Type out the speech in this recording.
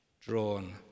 drawn